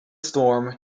storm